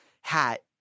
hat